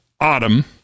autumn